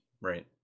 right